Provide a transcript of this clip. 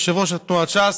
יושב-ראש תנועת ש"ס,